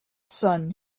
sun